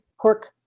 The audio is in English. pork